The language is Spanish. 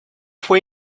fue